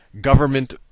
government